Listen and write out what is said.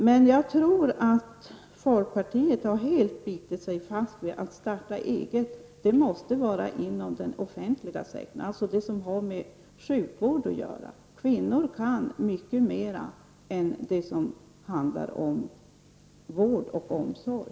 Jag tror emellertid att folkpartiet helt har bitit sig fast vid att människor skall starta eget inom verksamhet som knyter an till den offentliga sektorn, främst när det gäller sjukvård. Kvinnor kan mycket mer än vård och omsorg!